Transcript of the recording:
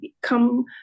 come